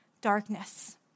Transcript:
darkness